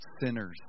sinners